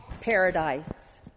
paradise